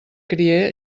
cria